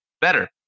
better